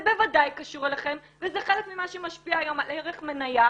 זה בוודאי קשור אליכם וזה חלק ממה שמשפיע היום על ערך מניה.